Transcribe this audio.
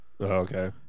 okay